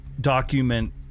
document